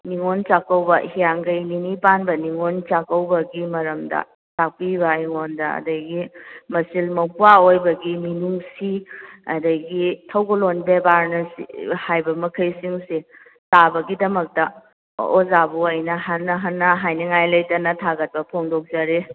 ꯅꯤꯉꯣꯜ ꯆꯥꯛꯀꯧꯕ ꯍꯤꯌꯥꯡꯒꯩꯒꯤ ꯅꯤꯅꯤ ꯄꯥꯟꯕ ꯅꯤꯉꯣꯜ ꯆꯥꯛꯀꯧꯕꯒꯤ ꯃꯔꯝꯗ ꯇꯥꯛꯄꯤꯕ ꯑꯩꯉꯣꯟꯗ ꯑꯗꯒꯤ ꯃꯆꯤꯜ ꯃꯧꯄ꯭ꯋꯥ ꯑꯣꯏꯕꯒꯤ ꯃꯤꯅꯨꯡꯁꯤ ꯑꯗꯒꯤ ꯊꯧꯒꯜꯂꯣꯟ ꯕꯦꯕꯥꯔꯅ ꯍꯥꯏꯕ ꯃꯈꯩꯁꯤꯡꯁꯤ ꯇꯥꯕꯒꯤꯗꯃꯛꯇ ꯑꯣꯖꯥꯕꯨ ꯑꯩꯅ ꯍꯟꯅ ꯍꯟꯅ ꯍꯥꯏꯅꯤꯡꯉꯥꯟ ꯂꯩꯇꯅ ꯊꯥꯒꯠꯄ ꯐꯣꯡꯗꯣꯛꯆꯔꯤ